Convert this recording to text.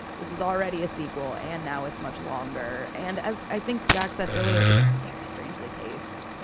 this is already a sequel and now it's much longer. and as i think jack said earlier it's very strangely paced.